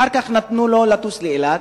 אחר כך נתנו לו לטוס לאילת,